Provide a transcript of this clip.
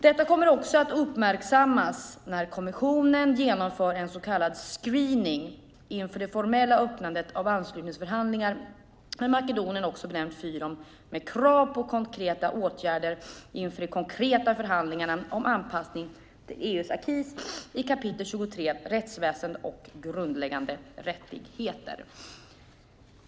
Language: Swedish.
Detta kommer också att uppmärksammas när kommissionen genomför en så kallad screening inför det formella öppnandet av anslutningsförhandlingar med Makedonien, också benämnt Fyrom, med krav på konkreta åtgärder inför de konkreta förhandlingarna om anpassning till EU:s aki i kap. 23 om rättsväsen och grundläggande rättigheter.